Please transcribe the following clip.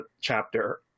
chapter